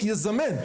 החוק יזמן,